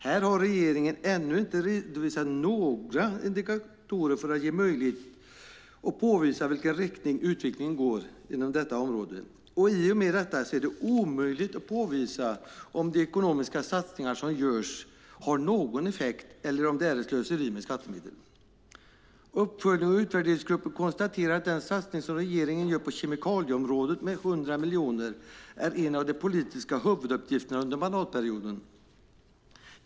Här har regeringen ännu inte redovisat några indikatorer för att ge möjlighet att påvisa vilken riktning utvecklingen går inom detta område. I och med det är det omöjligt att påvisa om de ekonomiska satsningar som görs har någon effekt eller om det är ett slöseri med skattemedel. Uppföljnings och utvärderingsgruppen konstaterar att den satsning som regeringen gör på kemikalieområdet med 100 miljoner är en av de politiska huvuduppgifterna under mandatperioden.